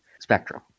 spectrum